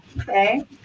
okay